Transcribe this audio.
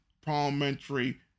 Parliamentary